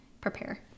prepare